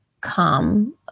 come